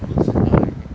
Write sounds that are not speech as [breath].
[breath] 时过